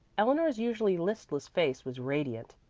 eleanor's usually listless face was radiant.